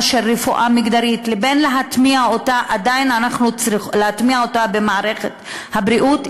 של רפואה מגדרית לבין להטמיע אותה במערכת הבריאות,